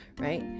right